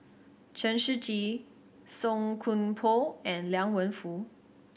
Chen Shiji Song Koon Poh and Liang Wenfu